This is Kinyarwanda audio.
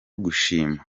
gushima